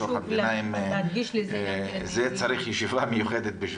לזה צריך ישיבה מיוחדת.